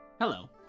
Hello